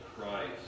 Christ